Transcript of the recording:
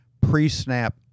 pre-snap